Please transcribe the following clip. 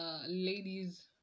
ladies